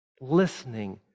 listening